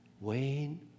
Wayne